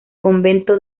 convento